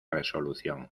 resolución